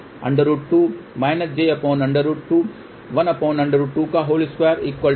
तो यह −j√2 −j√2 1√2212 है